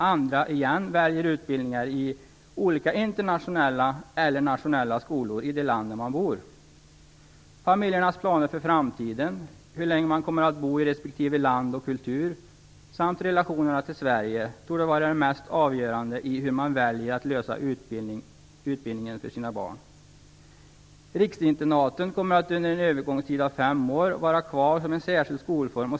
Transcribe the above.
Andra åter väljer utbildningar i olika internationella eller nationella skolor i det land där de bor. Familjernas planer för framtiden, hur länge man kommer att bo i respektive land och kultur samt relationerna till Sverige torde vara mest avgörande för hur man väljer att lösa frågan om utbildningen för sina barn. Riksinternaten kommer under en övergångstid av fem år att vara kvar som en särskild skolform.